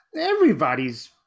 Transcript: everybody's